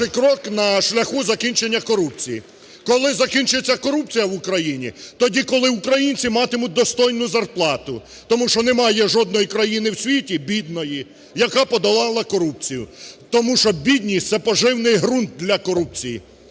перший крок на шляху закінчення корупції. Коли закінчиться корупція в Україні? Тоді, коли українці матимуть достойну зарплату, тому що немає жодної країни у світі бідної, яка подолала корупцію. Тому що бідність – це поживний ґрунт для корупції.